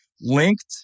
linked